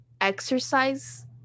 exercise